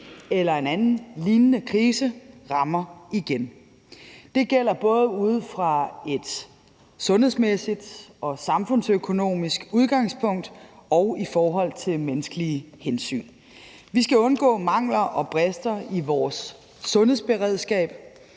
eller en anden lignende krise igen rammer. Det gælder både ud fra et sundhedsmæssigt og et samfundsøkonomisk udgangspunkt og i forhold til menneskelige hensyn. Vi skal undgå mangler og brister i vores sundhedsberedskab.